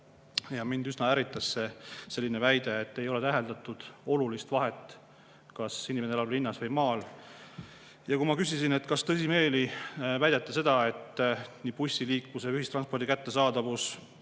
Mind üsna ärritas see väide, et ei ole täheldatud olulist vahet, kas inimene elab linnas või maal. Kui ma küsisin, kas tõsimeeli väidate seda, et bussiliikluse või ühistranspordi kättesaadavus